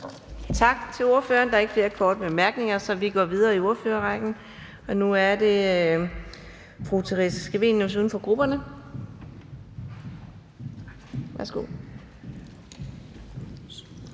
Tak til ordføreren. Der er ikke flere korte bemærkninger. Vi går videre i ordførerrækken til fru Theresa Scavenius, uden for grupperne. Kl.